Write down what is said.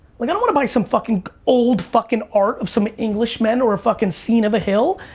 like i don't wanna buy some fucking old fucking art of some englishman or a fucking scene of a hill.